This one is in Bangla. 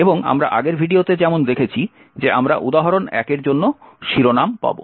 এবং আমরা আগের ভিডিওতে যেমন দেখেছি যে আমরা উদাহরণ 1 এর জন্য শিরোনাম পাব